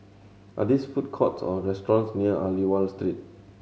are these food courts or restaurants near Aliwal Street